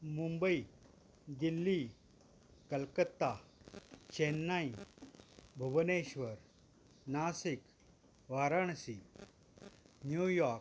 Mumbai Delhi Calcutta Chennai Bhubaneswar Nashik Varanasi New York